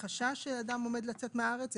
חשש שאדם עומד לצאת מהארץ.